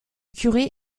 curé